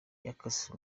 yakase